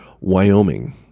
Wyoming